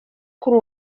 kuri